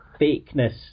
fakeness